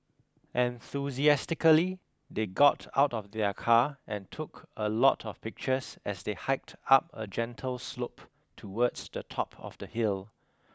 enthusiastically they got out of their car and took a lot of pictures as they hiked up a gentle slope towards the top of the hill